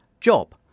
job